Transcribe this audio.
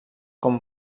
com